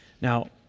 Now